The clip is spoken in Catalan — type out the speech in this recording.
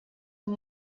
amb